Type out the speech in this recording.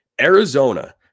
Arizona